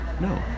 no